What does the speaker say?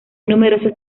numerosos